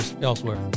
elsewhere